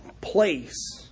place